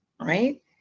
right